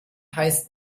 heißt